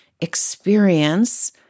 experience